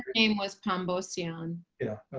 game was palumbo soon. yeah.